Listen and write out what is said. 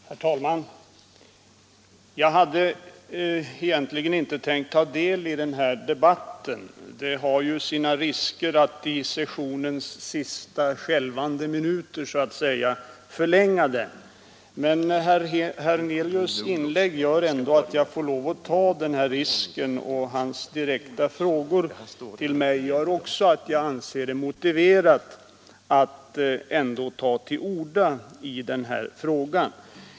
Herr talman! Jag hade egentligen inte tänkt ta del i den här debatten. Det har sina risker att i sessionens sista skälvande minuter förlänga den. Men herr Hernelius” inlägg gör att jag måste ta risken. Hans direkta frågor gör också att jag anser det motiverat att ta till orda.